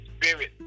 spirit